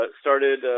started